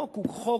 חוק הוא חוק.